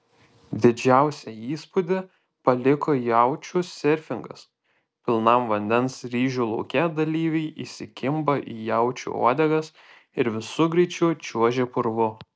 didžiausią įspūdį paliko jaučių serfingas pilnam vandens ryžių lauke dalyviai įsikimba į jaučių uodegas ir visu greičiu čiuožia purvu